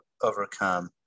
overcome